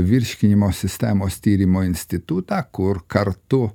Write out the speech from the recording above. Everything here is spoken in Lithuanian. virškinimo sistemos tyrimo institutą kur kartu